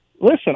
listen